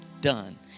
done